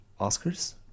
Oscars